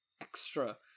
extra